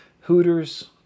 Hooters